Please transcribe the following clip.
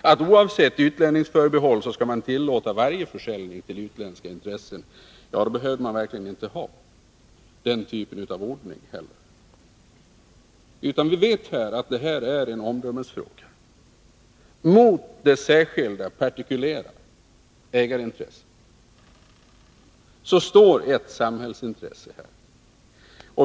att man oavsett utlänningsförbehåll skall tillåta varje försäljning till utländska intressen, då behöver man verkligen inte ha någon sådan här ordning. Vi vet att det här är en omdömesfråga. Mot de särskilda, partikulära ägarintressena står ett samhällsintresse.